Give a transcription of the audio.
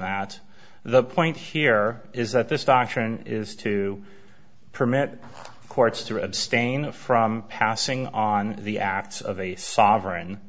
that the point here is that this doctrine is to permit courts to abstain from passing on the acts of a sovereign